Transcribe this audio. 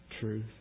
truth